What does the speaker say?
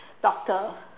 doctor